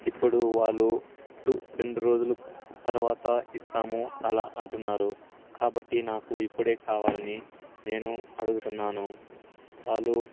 ఇప్పుడు వాళ్ళు రెండు రోజులు తర్వాత ఇస్తాము అలా అంటున్నారు కాబట్టి నాకు ఇప్పుడే కావాలని నేను అడుగుతున్నాను వాళ్ళు